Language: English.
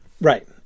Right